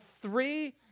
three